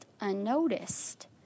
unnoticed